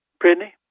Brittany